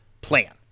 plan